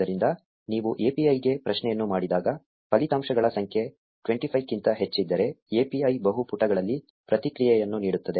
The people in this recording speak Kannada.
ಆದ್ದರಿಂದ ನೀವು API ಗೆ ಪ್ರಶ್ನೆಯನ್ನು ಮಾಡಿದಾಗ ಫಲಿತಾಂಶಗಳ ಸಂಖ್ಯೆ 25 ಕ್ಕಿಂತ ಹೆಚ್ಚಿದ್ದರೆ API ಬಹು ಪುಟಗಳಲ್ಲಿ ಪ್ರತಿಕ್ರಿಯೆಯನ್ನು ನೀಡುತ್ತದೆ